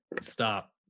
stop